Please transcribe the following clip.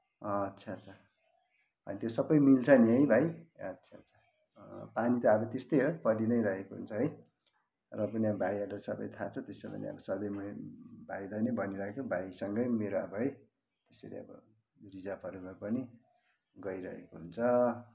आच्छा आच्छा अनि त्यो सबै मिल्छ नि भाइ आच्छा आच्छा पानी त अब त्यस्तै हो परि नै रहेको हुन्छ है र पनि अब भाइहरूलाई सबै थाहा छ त्यसै पनि सधैँ मैले भाइलाई नै भनिरहेको भाइसँगै मेरो अब है त्यसरी अब रिजर्भहरूमा पनि गइरहेको हुन्छ